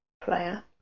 player